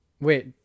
Wait